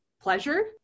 pleasure